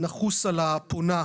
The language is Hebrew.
נחוס על הפונה,